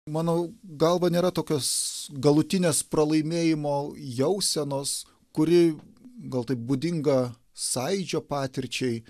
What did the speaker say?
manau galva nėra tokios galutinės pralaimėjimo jausenos kuri gal tai būdinga sąjūdžio patirčiai